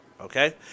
Okay